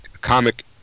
comic